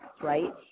right